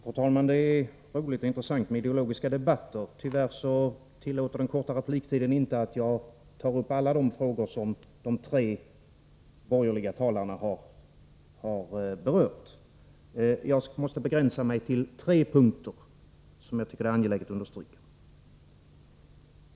Fru talman! Det är intressant med ideologiska debatter. Tyvärr tillåter inte den korta repliktiden att jag tar upp alla de frågor som de tre borgerliga talarna har berört. Jag måste begränsa mig till tre punkter som jag tycker är angelägna att understryka.